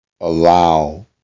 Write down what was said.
allow